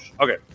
Okay